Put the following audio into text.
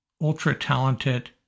ultra-talented